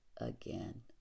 again